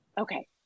Okay